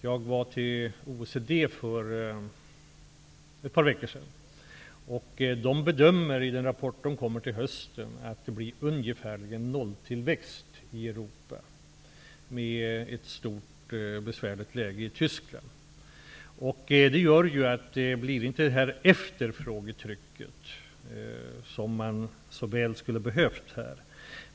Jag besökte OECD för ett par veckor sedan, och man bedömer i en rapport som kommer till hösten att det blir ungefärligen nolltillväxt i Europa. Tyskland har dock ett besvärligt läge. Det gör att det inte blir det efterfrågetryck som så väl hade behövts här.